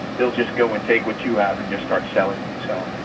they'll just go and take what you have and just start selling it. so.